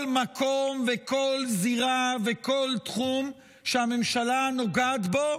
כל מקום וכל זירה וכל תחום שהממשלה נוגעת בו,